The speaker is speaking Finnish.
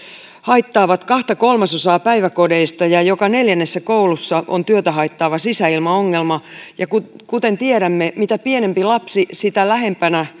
haittaavat kahta kolmasosaa päiväkodeista ja joka neljännessä koulussa on työtä haittaava sisäilmaongelma ja kuten tiedämme mitä pienempi lapsi sitä lähempänä